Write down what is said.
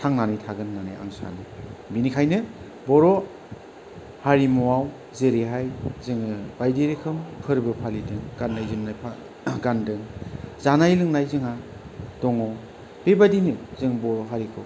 थांनानै थागोन होन्नानै आं सानो बेनिखायनो बर' हारिमुआव जेरैहाय जोङो बायदि रोखोम फोरबो फालिदों गान्नाय जोमनाय गानदों जानाय लोंनाय जोंहा दङ बेबादिनो जों बर' हारिखौ